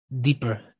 deeper